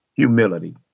Humility